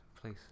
Please